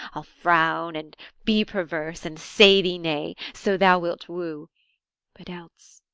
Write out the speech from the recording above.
i'll frown, and be perverse, and say thee nay, so thou wilt woo but else,